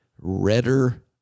Redder